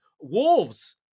Wolves